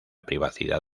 privacidad